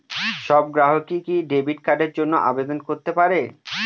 সব গ্রাহকই কি ডেবিট কার্ডের জন্য আবেদন করতে পারে?